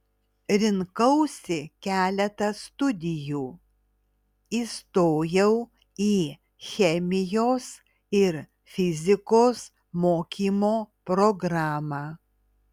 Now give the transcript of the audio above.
rinkausi keletą studijų įstojau į chemijos ir fizikos mokymo programą